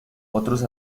otros